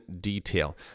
detail